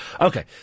Okay